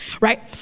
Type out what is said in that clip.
right